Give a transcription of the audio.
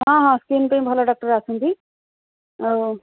ହଁ ହଁ ସ୍କିନ୍ ପାଇଁ ଭଲ ଡକ୍ଟର୍ ଆସୁଛନ୍ତି ଆଉ